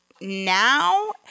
now